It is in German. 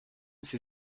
sie